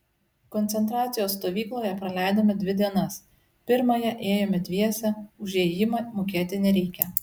koncentracijos stovykloje praleidome dvi dienas pirmąją ėjome dviese už įėjimą mokėti nereikia